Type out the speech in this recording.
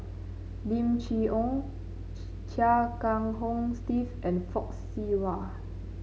Lim Chee Onn Chia Kiah Hong Steve and Fock Siew Wah